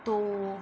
तोप